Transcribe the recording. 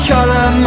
Colour